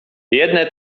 jedne